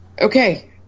okay